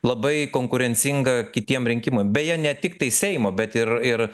labai konkurencingą kitiem rinkimam beje ne tiktai seimo bet ir ir